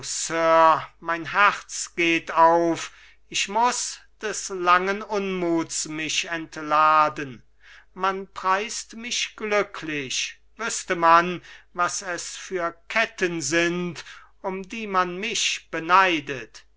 mein herz geht auf ich muß des langen unmuts mich entladen man preist mich glücklich wüßte man was es für ketten sind um die man mich beneidet